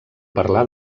parlar